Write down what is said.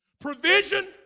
Provision